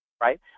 right